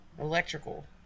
Electrical